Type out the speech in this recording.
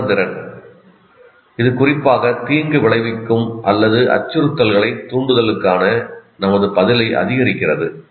உணர்திறன் இது குறிப்பாக தீங்கு விளைவிக்கும் அல்லது அச்சுறுத்தும் தூண்டுதலுக்கான நமது பதிலை அதிகரிக்கிறது